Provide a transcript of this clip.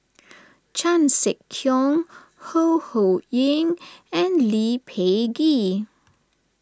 Chan Sek Keong Ho Ho Ying and Lee Peh Gee